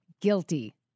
guilty